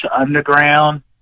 Underground